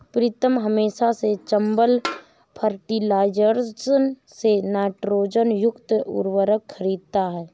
प्रीतम हमेशा से चंबल फर्टिलाइजर्स से नाइट्रोजन युक्त उर्वरक खरीदता हैं